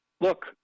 look